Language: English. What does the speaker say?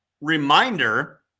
reminder